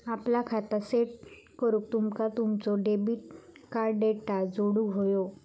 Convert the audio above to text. आपला खाता सेट करूक तुमका तुमचो डेबिट कार्ड डेटा जोडुक व्हयो